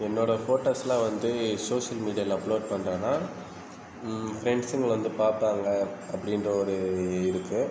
என்னோடய ஃபோட்டோஸ்லாம் வந்து சோஷியல் மீடியாவில் அப்லோட் பண்றேனால் ஃப்ரெண்ட்ஸுங்கலாம் வந்து பார்ப்பாங்க அப்படின்ற ஒரு இருக்குது